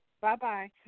Bye-bye